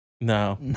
No